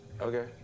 Okay